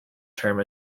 term